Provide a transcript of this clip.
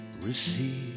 receive